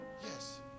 Yes